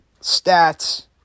stats